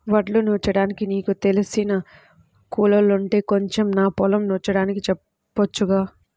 వడ్లు నూర్చడానికి నీకు తెలిసిన కూలోల్లుంటే కొంచెం నా పొలం నూర్చడానికి చెప్పొచ్చుగా